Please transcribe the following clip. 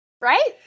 Right